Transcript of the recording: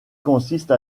consiste